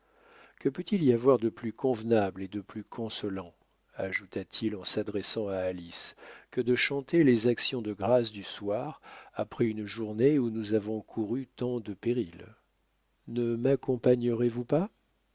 que peut-il y avoir de plus convenable et de plus consolant ajouta-t-il en s'adressant à alice que de chanter les actions de grâces du soir après une journée où nous avons couru tant de périls ne maccompagnerez vous pas